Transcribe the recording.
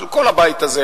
של כל הבית הזה,